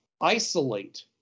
isolate